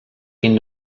quin